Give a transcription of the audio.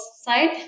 side